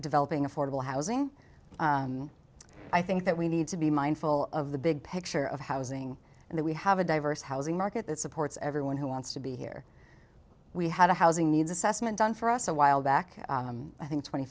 developing affordable housing i think that we need to be mindful of the big picture of housing and that we have a diverse housing market that supports everyone who wants to be here we had a housing needs assessment done for us a while back i think twenty